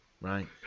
right